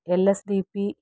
L S P P